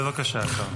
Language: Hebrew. בבקשה, השר.